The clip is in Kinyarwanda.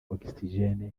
oxygen